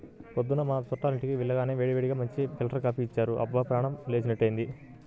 పొద్దున్న మా చుట్టాలింటికి వెళ్లగానే వేడివేడిగా మంచి ఫిల్టర్ కాపీ ఇచ్చారు, అబ్బా ప్రాణం లేచినట్లైంది